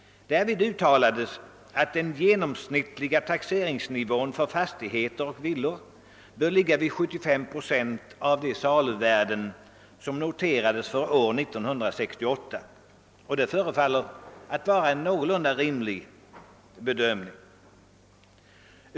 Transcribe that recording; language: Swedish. Därvid uttalades att den genomsnittliga taxeringsnivån för fastigheter och villor bör ligga vid 75 procent av de saluvärden som noterades för år 1968. Det förefaller att vara en någorlunda rim lig bedömning.